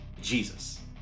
Jesus